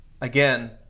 again